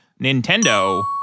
Nintendo